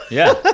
yeah.